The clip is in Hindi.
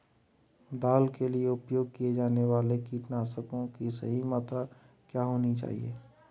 दाल के लिए उपयोग किए जाने वाले कीटनाशकों की सही मात्रा क्या होनी चाहिए?